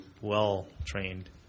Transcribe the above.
well-trained